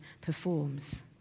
performs